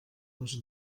les